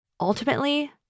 Ultimately